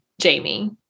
Jamie